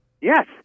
yes